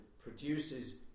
produces